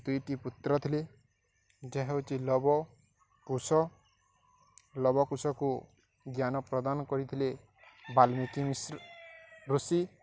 ଦୁଇଟି ପୁତ୍ର ଥିଲି ଯାହା ହେଉଛି ଲବ କୁଶ ଲବ କୁଶକୁ ଜ୍ଞାନ ପ୍ରଦାନ କରିଥିଲେ ବାଲ୍ମୀକି ମିଶ୍ର ଋଷି